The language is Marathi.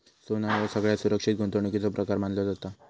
सोना ह्यो सगळ्यात सुरक्षित गुंतवणुकीचो प्रकार मानलो जाता